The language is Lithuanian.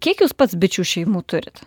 kiek jūs pats bičių šeimų turit